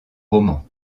romans